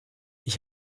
ich